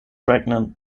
pregnant